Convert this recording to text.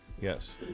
Yes